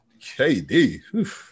KD